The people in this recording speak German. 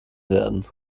werden